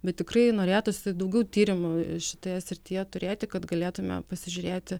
bet tikrai norėtųsi daugiau tyrimų šitoje srityje turėti kad galėtume pasižiūrėti